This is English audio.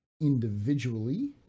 individually